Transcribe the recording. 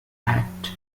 act